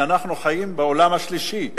שאנחנו חיים בעולם השלישי.